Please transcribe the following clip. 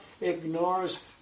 ignores